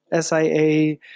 SIA